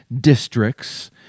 Districts